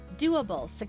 doable